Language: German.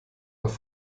nach